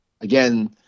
again